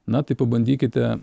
na tai pabandykite